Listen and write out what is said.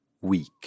week